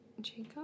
Jacob